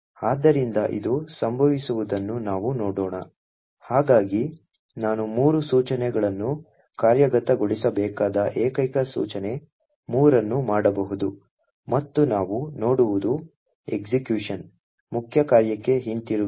ಆದ್ದರಿಂದ ಇದು ಸಂಭವಿಸುವುದನ್ನು ನಾವು ನೋಡೋಣ ಹಾಗಾಗಿ ನಾನು 3 ಸೂಚನೆಗಳನ್ನು ಕಾರ್ಯಗತಗೊಳಿಸಬೇಕಾದ ಏಕೈಕ ಸೂಚನೆ 3 ಅನ್ನು ಮಾಡಬಹುದು ಮತ್ತು ನಾವು ನೋಡುವುದು ಎಸ್ಎಕ್ಯುಷನ್ ಮುಖ್ಯ ಕಾರ್ಯಕ್ಕೆ ಹಿಂತಿರುಗಿದೆ